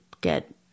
get